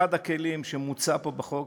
אחד הכלים שמוצע פה בחוק,